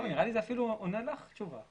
נראה לי שזה נותן לך תשובה.